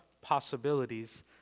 possibilities